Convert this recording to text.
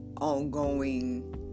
ongoing